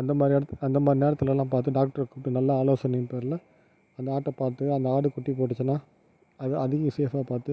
அந்தமாதிரி இடத் அந்தமாதிரி நேரத்திலெல்லாம் பார்த்து டாக்டரைக் கூப்பிட்டு நல்ல ஆலோசனையின் பேரில் அந்த ஆட்டைப் பார்த்து அந்த ஆடு குட்டி போட்டுச்சுனா அது அதையும் விசேஷமாகப் பார்த்து